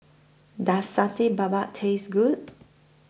Does Satay Babat Taste Good